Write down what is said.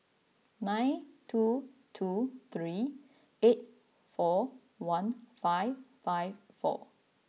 nine two two three eight four one five five four